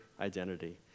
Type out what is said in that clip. identity